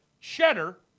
cheddar